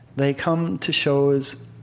they come to shows